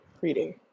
reading